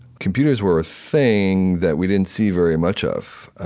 computers were a thing that we didn't see very much of.